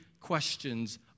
questions